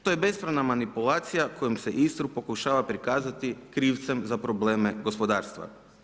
To je bespravna manipulacija kojom se Istru pokušava prikazati krivcem za probleme gospodarstva.